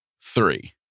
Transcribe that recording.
three